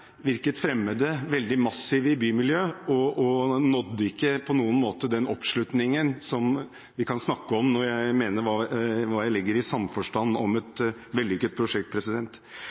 virket fremmede og veldig massive i bymiljøet, og nådde ikke på noen måte den oppslutningen vi kan snakke om når det gjelder hva jeg legger i samforstand om et vellykket prosjekt.